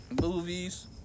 movies